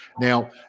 now